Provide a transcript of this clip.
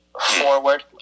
forward